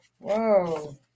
Whoa